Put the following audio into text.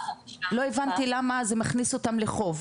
לא הבנתי למה זה מכניס אותם לחוב,